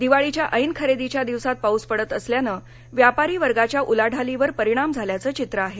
दिवाळीच्या ऐन खरेदीच्या दिवसात पाऊस पडत असल्याने व्यापारी वर्गाच्या उलाढालीवर परिणाम झाल्याचं चित्र आहे